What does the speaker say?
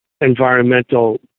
environmental